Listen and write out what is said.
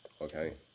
Okay